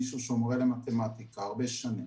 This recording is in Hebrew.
מישהו שהוא מורה הרבה שנים.